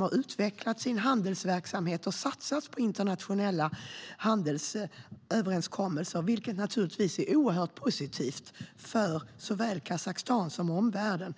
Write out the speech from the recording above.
har utvecklat sin handelsverksamhet och satsat på internationella handelsöverenskommelser. Det är naturligtvis oerhört positivt för såväl Kazakstan som omvärlden.